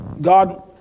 God